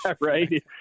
right